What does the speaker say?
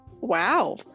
wow